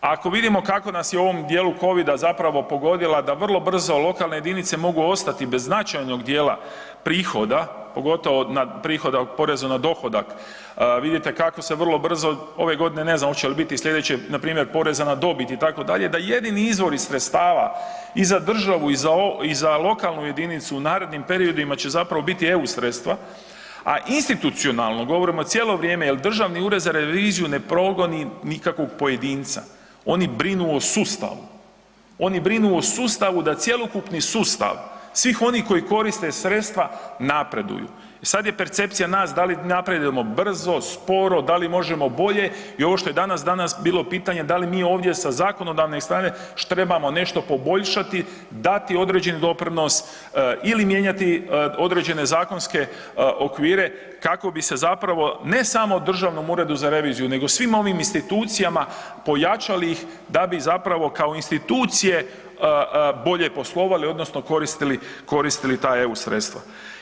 Ako vidimo kako nas je u ovom djelu COVID-a zapravo pogodila da vrlo brzo lokalne jedinice mogu ostati bez značajnog djela prihoda, pogotovo od prihoda od poreza na dohodak, vidite kako se vrlo brzo, ove godine ne znam hoće li biti i slijedeće, npr. poreza na dobit itd., da jedini izvori sredstava i za državu i za lokalnu jedinicu u narednim periodima će zapravo biti EU sredstva a institucionalno, govorimo cijelo vrijeme jer Državni ured za reviziju ne progoni nikakvog pojedinca, oni brinu o sustavu, oni brinu o sustavu da cjelokupni sustav, svih onih koji koriste sredstva, napreduju i sad je percepcija nas da li napredujemo brzo, sporo, da li možemo bolje i ovo što je danas bilo pitanje, da li mi ovdje sa zakonodavne strane još trebamo nešto poboljšati, dati određen doprinos ili mijenjati određene zakonske okvire kako bise zapravo ne samo Državom uredu za reviziju nego svim ovim institucijama, pojačali ih da bi zapravo kao institucije bolje poslovale odnosno koristili ta EU sredstva.